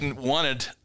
wanted